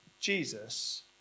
Jesus